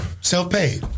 Self-paid